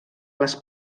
les